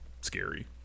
scary